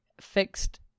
fixed